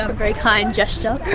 very kind gesture,